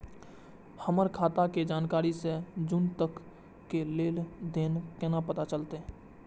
हमर खाता के जनवरी से जून तक के लेन देन केना पता चलते?